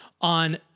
on